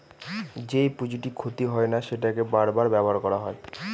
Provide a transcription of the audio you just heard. যেই পুঁজিটি ক্ষতি হয় না সেটাকে বার বার ব্যবহার করা হয়